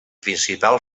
principal